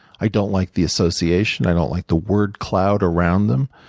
i don't like the association, i don't like the word cloud around them.